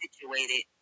situated